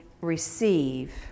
receive